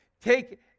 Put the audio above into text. take